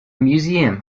museum